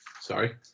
sorry